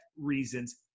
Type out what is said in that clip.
reasons